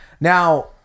now